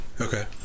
Okay